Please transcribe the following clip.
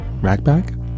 Ragbag